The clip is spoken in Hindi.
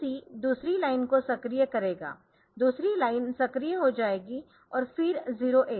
3C दूसरी लाइन को सक्रिय करेगा दूसरी लाइन सक्रिय हो जाएगी और फिर 08